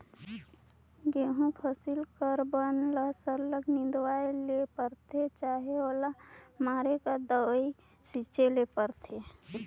गहूँ फसिल कर बन ल सरलग निंदवाए ले परथे चहे ओला मारे कर दवई छींचे ले परथे